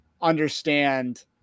understand